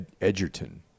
Edgerton